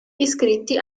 iscritti